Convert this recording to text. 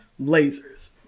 Lasers